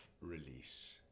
release